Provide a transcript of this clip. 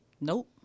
Nope